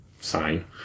sign